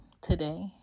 today